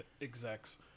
execs